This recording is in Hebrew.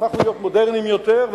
הפכנו להיות מודרניים יותר,